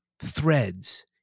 threads